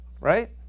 Right